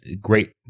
great